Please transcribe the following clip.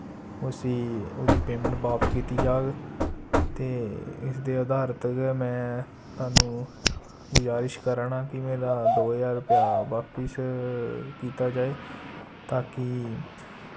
उस्सी उ'दी पेमैंट बाप्स कीती जाग ते इसदे अधारत गै में थुहानू गुजारिश करा ना कि मेरा दो ज्हार रपेआ बापिस कीत्ता जाए ताकि